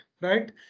right